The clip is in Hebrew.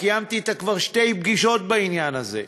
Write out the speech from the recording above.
וקיימתי אתה כבר שתי פגישות בעניין הזה,